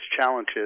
challenges